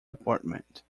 department